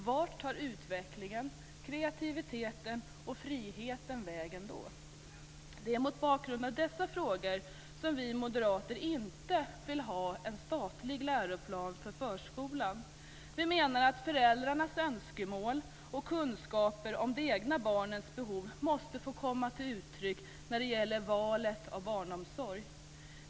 Vart tar utvecklingen, kreativiteten och friheten vägen då? Det är mot bakgrund av dessa frågor som vi moderater inte vill ha en statlig läroplan för förskolan. Vi menar att föräldrarnas önskemål och kunskaper om de egna barnens behov måste få komma till uttryck när det gäller valet av barnomsorg.